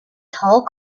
tall